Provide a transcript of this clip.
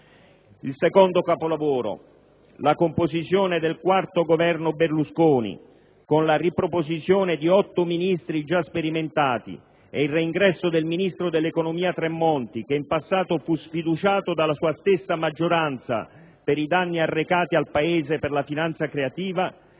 Il secondo capolavoro, la composizione del IV Governo Berlusconi, con la riproposizione di otto Ministri già sperimentati e il reingresso del ministro dell'economia Tremonti, che in passato fu sfiduciato dalla sua stessa maggioranza per i danni arrecati al Paese per la finanza creativa,